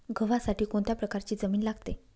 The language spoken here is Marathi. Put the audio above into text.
गव्हासाठी कोणत्या प्रकारची जमीन लागते?